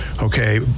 Okay